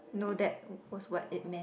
know that was what it meant